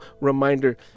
reminder